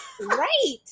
Right